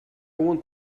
want